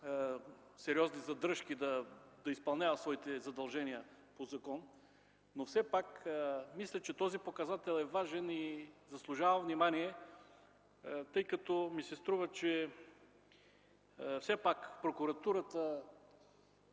сериозни задръжки да изпълнява своите задължения по закон. Все пак мисля, че този показател е важен и заслужава внимание, тъй като ми се струва, че прокуратурата